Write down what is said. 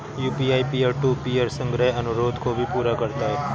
UPI peer to peer संग्रह अनुरोध को भी पूरा करता है